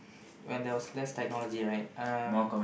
when there was less technology right um